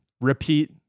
repeat